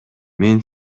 мен